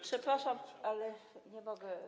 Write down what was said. Przepraszam, ale nie mogę.